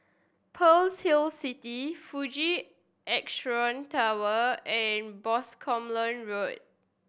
Pearl's Hill City Fuji Xerox Tower and Boscombe Road